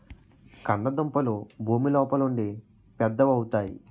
కంద దుంపలు భూమి లోపలుండి పెద్దవవుతాయి